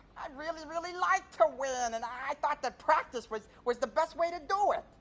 really, really like to win and i thought that practice was was the best way to do it.